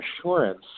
assurance